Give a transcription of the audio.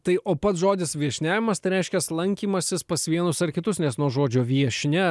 tai o pats žodis viešniavimas tai reiškias lankymasis pas vienus ar kitus nes nuo žodžio viešnia